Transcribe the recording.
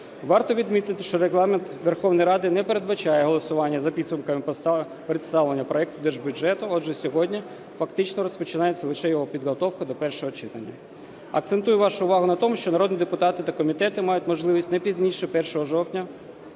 Варто відмітити, що Регламент Верховної Ради не передбачає голосування за підсумками представлення проекту Держбюджету, отже, сьогодні фактично розпочинається лише його підготовка до першого читання. Акцентую вашу увагу на тому, що народні депутати та комітети мають можливість не пізніше 1 жовтня